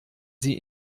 sie